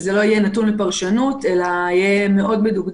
שזה לא יהיה נתון לפרשנות אלא יהיה מאוד ברור.